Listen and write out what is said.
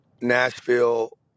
Nashville